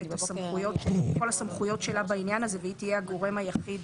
את כל הסמכויות שלה בעניין הזה והיא תהיה הגורם היחיד